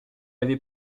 avait